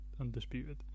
undisputed